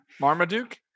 Marmaduke